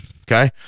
Okay